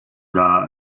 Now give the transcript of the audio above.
the